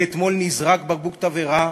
ואתמול נזרק בקבוק תבערה